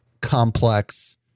complex